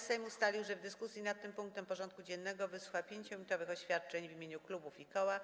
Sejm ustalił, że w dyskusji nad tym punktem porządku dziennego wysłucha 5-minutowych oświadczeń w imieniu klubów i koła.